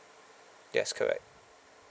yes correct